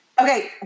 okay